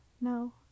No